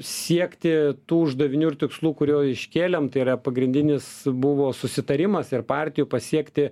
siekti tų uždavinių ir tikslų kurių iškėlėm tai yra pagrindinis buvo susitarimas ir partijų pasiekti